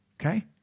Okay